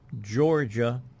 Georgia